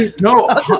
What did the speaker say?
no